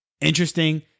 Interesting